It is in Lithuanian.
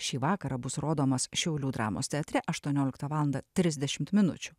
šį vakarą bus rodomas šiaulių dramos teatre aštuonioliktą valandą trisdešimt minučių